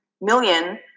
million